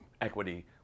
equity